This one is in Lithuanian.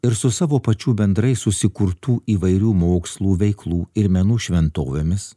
ir su savo pačių bendrai susikurtų įvairių mokslų veiklų ir menų šventovėmis